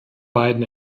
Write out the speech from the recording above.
beiden